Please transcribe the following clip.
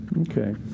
Okay